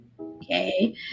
okay